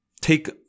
take